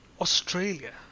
Australia